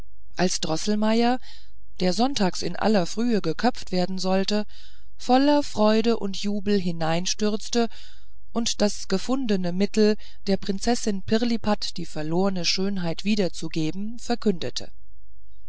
als droßelmeier der sonntags in aller frühe geköpft werden sollte voller freude und jubel hineinstürzte und das gefundene mittel der prinzessin pirlipat die verlorne schönheit wiederzugeben verkündete